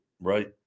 Right